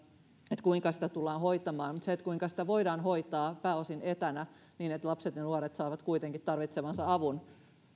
sille kuinka sitä tullaan hoitamaan mutta se kuinka sitä voidaan hoitaa pääosin etänä niin että lapset ja nuoret saavat kuitenkin tarvitsemansa avun